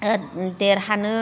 देरहानो